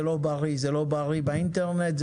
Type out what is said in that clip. זה לא בריא באינטרנט,